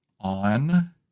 On